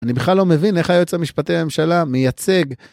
אני בכלל לא מבין איך היועץ המשפטי לממשלה מייצג.